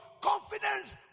confidence